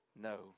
no